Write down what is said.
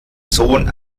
sohn